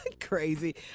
crazy